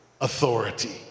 authority